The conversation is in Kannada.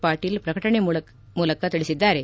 ಪಾಟೀಲ್ ಪ್ರಕಟಣೆ ಮೂಲಕ ತಿಳಿಸಿದ್ದಾರೆ